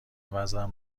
وزنم